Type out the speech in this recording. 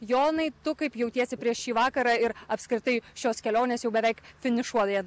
jonai tu kaip jautiesi prieš šį vakarą ir apskritai šios kelionės jau beveik finišuoja